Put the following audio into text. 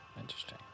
Interesting